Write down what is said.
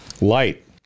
Light